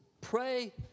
Pray